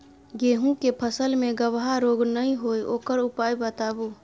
गेहूँ के फसल मे गबहा रोग नय होय ओकर उपाय बताबू?